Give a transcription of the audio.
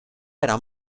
era